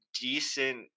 decent